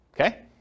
Okay